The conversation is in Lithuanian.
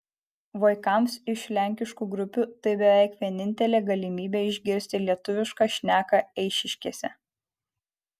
vaikams iš lenkiškų grupių tai beveik vienintelė galimybė išgirsti lietuvišką šneką eišiškėse